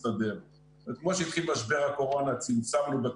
כי באמת לא הרגשנו שאנחנו זוכים לקבל איזשהן תמיכות מתוך תקציב של